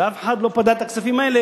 ואף אחד לא פדה את הכספים האלה,